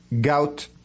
gout